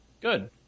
Good